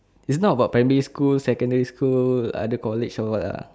it's not about primary school secondary school other college or what lah